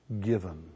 given